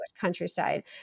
countryside